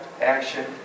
action